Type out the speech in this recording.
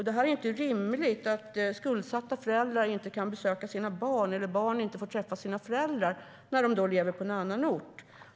Det är inte rimligt att skuldsatta föräldrar inte kan besöka sina barn eller barn inte får träffa sina föräldrar när de lever på en annan ort.